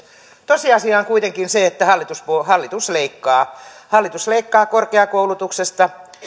tosiasia on kuitenkin se että hallitus leikkaa hallitus leikkaa korkeakoulutuksesta